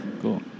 Cool